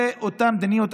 זה אותה מדיניות,